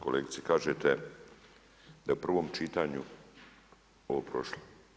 Kolegice kažete da je u prvom čitanju ovo prošlo.